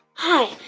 hi.